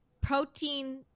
protein